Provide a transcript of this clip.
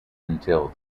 until